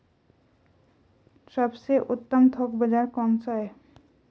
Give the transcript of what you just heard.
सबसे उत्तम थोक बाज़ार कौन सा है?